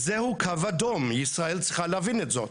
זה הוא קו אדום, ישראל צריכה להבין את זה.